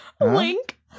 Link